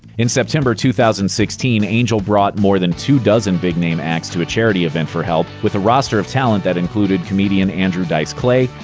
in september two thousand and sixteen, angel brought more than two dozen big-name acts to a charity event for help, with a roster of talent that included comedian andrew dice clay,